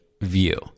view